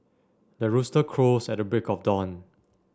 the rooster crows at the break of dawn